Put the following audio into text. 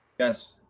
yes.